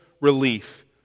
relief